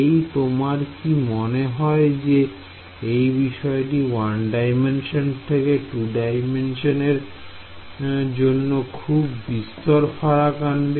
এই তোমার কি মনে হয় যে বিষয়টি 1D থেকে 2D র জন্য খুব বিস্তর ফারাক আনবে